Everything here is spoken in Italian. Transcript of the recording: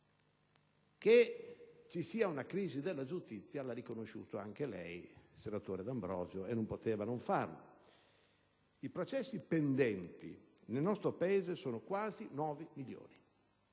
che vi sia una crisi della giustizia l'ha riconosciuto anche lei, senatore D'Ambrosio, e non poteva non farlo. I processi pendenti nel nostro Paese sono quasi 9 milioni: